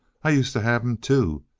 i used to have em, too,